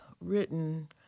written